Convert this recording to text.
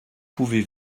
pouvez